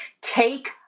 Take